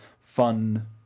fun